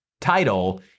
title